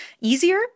Easier